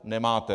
Nemáte!